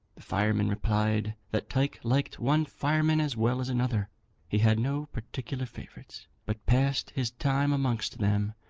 the fireman replied that tyke liked one fireman as well as another he had no particular favourites, but passed his time amongst them,